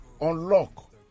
unlock